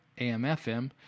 amfm